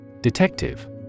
Detective